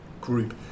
group